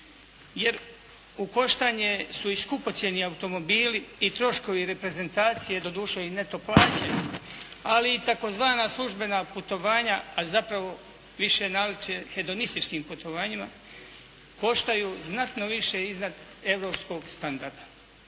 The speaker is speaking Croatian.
Jer, u koštanje su i skupocjeni automobili i troškovi reprezentacije doduše i neto plaće ali i tzv. službena putovanja a zapravo više naliče hedonističkim putovanjima, koštaju znatno više iznad europskog standarda.